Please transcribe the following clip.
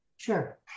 Sure